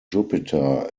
jupiter